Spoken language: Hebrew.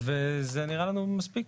וזה נראה לנו מספיק.